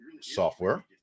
software